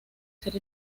ser